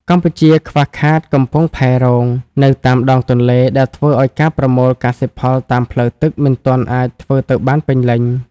កម្ពុជាខ្វះខាត "កំពង់ផែរង" នៅតាមដងទន្លេ ដែលធ្វើឱ្យការប្រមូលកសិផលតាមផ្លូវទឹកមិនទាន់អាចធ្វើទៅបានពេញលេញ។